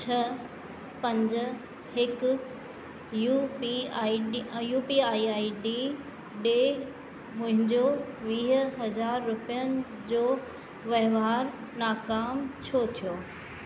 छह पंज हिकु U P I D U P I I D ॾिए मुंहिंजो वीह हज़ार रुपयनि जो वहिंवारु नाकाम छो थियो